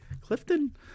Clifton